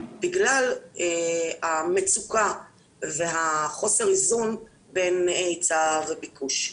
בגלל המצוקה והחוסר איזון בין היצע וביקוש.